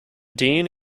dean